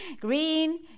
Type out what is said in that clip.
Green